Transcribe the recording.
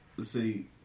See